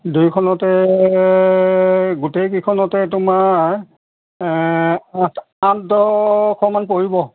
দুইখনতে গোটেইকেইখনতে তোমাৰ আঠ আঠ দহশমান পৰিব